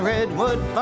Redwood